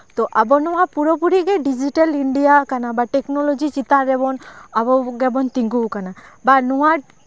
ᱛᱚ ᱟᱵᱚ ᱱᱚᱣᱟ ᱯᱩᱨᱟᱹᱯᱩᱨᱤ ᱜᱮ ᱰᱤᱡᱤᱴᱮᱞ ᱤᱱᱰᱤᱭᱟ ᱠᱟᱱᱟ ᱵᱟ ᱴᱮᱠᱱᱳᱞᱚᱡᱤ ᱪᱮᱛᱟᱱ ᱨᱮᱵᱚᱱ ᱟᱵᱚ ᱜᱮᱵᱚᱱ ᱛᱤᱜᱩ ᱠᱟ ᱵᱟ ᱱᱚᱣᱟ